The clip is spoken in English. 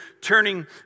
turning